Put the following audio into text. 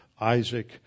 Isaac